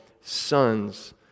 sons